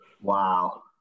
Wow